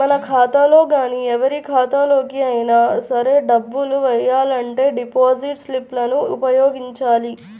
మన ఖాతాలో గానీ ఎవరి ఖాతాలోకి అయినా సరే డబ్బులు వెయ్యాలంటే డిపాజిట్ స్లిప్ లను ఉపయోగించాలి